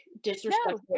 disrespectful